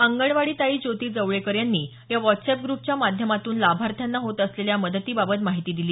अंगणवाडीताई ज्योती जवळेकर यांनी या व्हॉटसअॅप ग्रुपच्या माध्यमातून लाभार्थ्यांना होत असलेल्या मदतीबाबत माहिती दिली